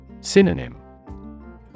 Synonym